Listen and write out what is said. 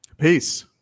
Peace